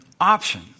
option